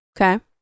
Okay